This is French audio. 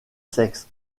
sexes